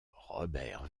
robert